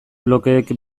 blokeek